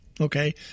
okay